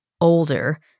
older